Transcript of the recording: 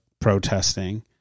protesting